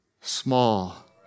small